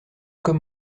comme